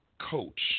coach